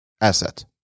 asset